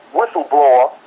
whistleblower